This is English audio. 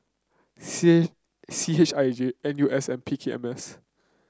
C C H I J N U S and P K M S